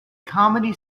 comedy